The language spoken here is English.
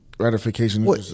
Ratification